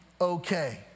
okay